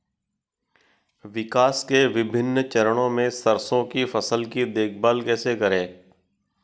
विकास के विभिन्न चरणों में सरसों की फसल की देखभाल कैसे करें?